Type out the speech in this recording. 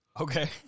Okay